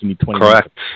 Correct